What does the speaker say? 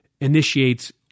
initiates